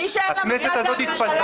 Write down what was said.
מי שאין לו מנדט זה הממשלה.